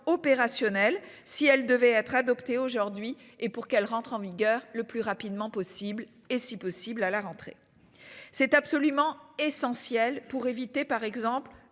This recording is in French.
opérationnelle. Si elle devait être adoptée aujourd'hui et pour qu'elle rentre en vigueur le plus rapidement possible et si possible à la rentrée. C'est absolument essentiel pour éviter par exemple